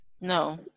no